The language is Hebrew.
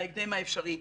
בהקדם האפשרי.